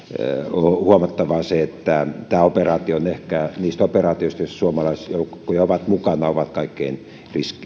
huomattava se että tämä operaatio on ehkä niistä operaatioista joissa suomalaisjoukkoja on mukana kaikkein